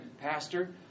pastor